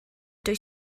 dwyt